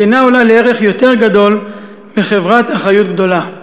שאינה עולה לערך יותר גדול מחברת אחריות גדולה,